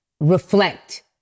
reflect